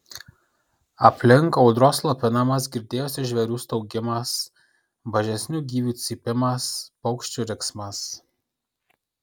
aplink audros slopinamas girdėjosi žvėrių staugimas mažesnių gyvių cypimas paukščių riksmas